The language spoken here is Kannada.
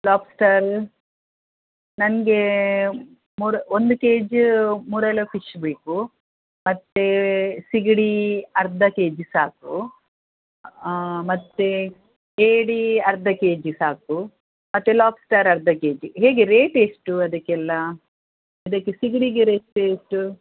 ಲಾಬ್ಸ್ಟಾರ್ ನನ್ಗೆ ಮೂರು ಒಂದು ಕೆ ಜಿ ಮೂರಲ್ ಫಿಶ್ ಬೇಕು ಮತ್ತೆ ಸಿಗಡಿ ಅರ್ಧ ಕೆ ಜಿ ಸಾಕು ಮತ್ತೆ ಏಡಿ ಅರ್ಧ ಕೆ ಜಿ ಸಾಕು ಮತ್ತೆ ಲಾಬ್ಸ್ಟರ್ ಅರ್ಧ ಕೆ ಜಿ ಹೇಗೆ ರೇಟ್ ಎಷ್ಟು ಅದಕ್ಕೆಲ್ಲ ಅದಕ್ಕೆ ಸಿಗಡಿಗೆ ರೇಟ್ ಎಷ್ಟು